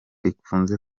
ikunze